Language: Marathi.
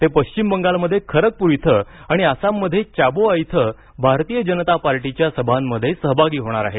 ते पश्चिम बंगालमध्ये खरगपूर इथं आणि आसाममध्ये चाबुआ इथं भारतीय जनता पार्टीच्या सभांमध्ये सहभागी होणार आहेत